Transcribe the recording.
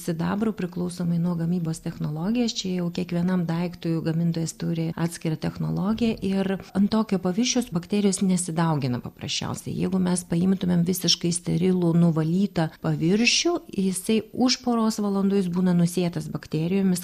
sidabru priklausomai nuo gamybos technologijas čia jau kiekvienam daiktui gamintojas turi atskirą technologiją ir ant tokio pavišiaus bakterijos nesidaugina paprasčiausiai jeigu mes paimtumėm visiškai sterilų nuvalytą paviršių jisai už poros valandų jis būna nusėtas bakterijomis